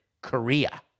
Korea